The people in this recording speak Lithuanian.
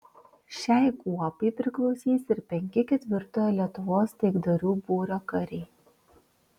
šiai kuopai priklausys ir penki ketvirtojo lietuvos taikdarių būrio kariai